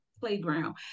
playground